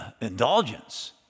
indulgence